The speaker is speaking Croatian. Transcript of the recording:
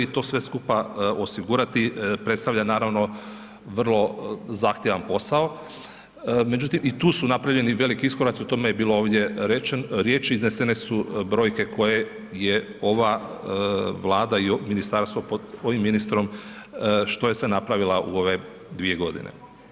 To sve skupa osigurati predstavlja naravno vrlo zahtjevan posao, međutim i tu su napravljeni veliki iskoraci o tome je bilo ovdje riječi, iznesene su brojke koje je ova Vlada i ministarstvo pod ovim ministrom što je sve napravila u ove 2 godine.